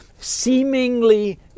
seemingly